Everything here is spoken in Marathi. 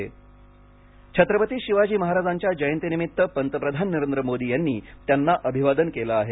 मोदी छत्रपती शिवाजी महाराजांच्या जयंतीनिमित्त पंतप्रधान नरेंद्र मोदी यांनी त्यांना अभिवादन केलं आहे